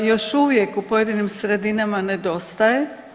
Još uvijek u pojedinim sredinama nedostaje.